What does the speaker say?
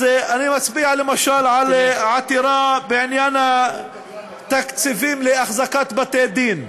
אז אני מצביע למשל על עתירה בעניין התקציבים להחזקת בתי-דין,